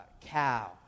cow